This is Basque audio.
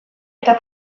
eta